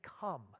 come